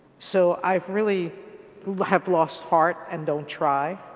so i've really have lost heart and don't try.